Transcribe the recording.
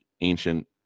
ancient